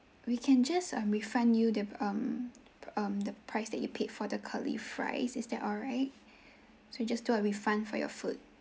we can just um refund you the um um the price that you paid for the curly fries is that alright so we just do a refund for your food